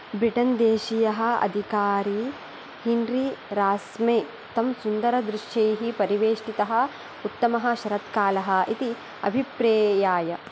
ब्रिटेन्देशीयः अधिकारी Henry Ramsay तं सुन्दरदृश्यैः परिवेष्टितः उत्तमः शरत्कालः इति अभिप्रेयाय